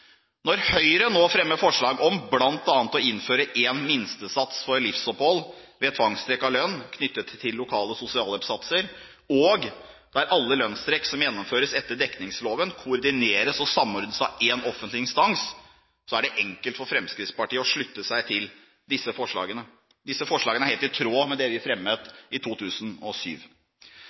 Når Høyre nå fremmer forslag om bl.a. å innføre én minstesats for livsopphold ved tvangstrekk av lønn knyttet til lokale sosialhjelpssatser, og der alle lønnstrekk som gjennomføres etter dekningsloven, koordineres og samordnes av én offentlig instans, er det enkelt for Fremskrittspartiet å slutte seg til disse forslagene. Disse forslagene er helt i tråd med det vi fremmet i 2007.